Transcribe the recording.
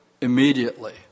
Immediately